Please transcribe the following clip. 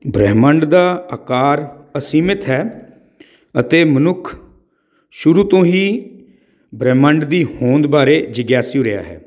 ਬ੍ਰਹਿਮੰਡ ਦਾ ਆਕਾਰ ਅਸੀਮਿਤ ਹੈ ਅਤੇ ਮਨੁੱਖ ਸ਼ੁਰੂ ਤੋਂ ਹੀ ਬ੍ਰਹਿਮੰਡ ਦੀ ਹੋਂਦ ਬਾਰੇ ਜਗਿਆਸੂ ਰਿਹਾ ਹੈ